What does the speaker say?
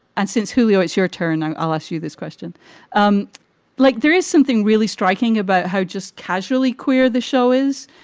and since helio, it's your turn. i'll ask you this question um like there is something really striking about how just casually queer the show is,